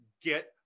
get